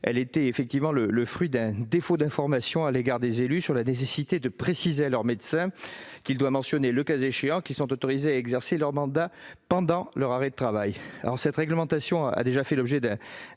Elle était le fruit d'un défaut d'information des élus sur la nécessité de préciser à leur médecin de mentionner, le cas échéant, qu'ils sont autorisés à exercer leur mandat électif pendant leur arrêt de travail. Cette réglementation a déjà fait l'objet d'un